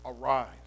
arise